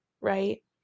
right